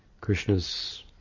Krishna's